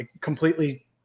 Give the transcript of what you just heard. completely